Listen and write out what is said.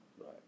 right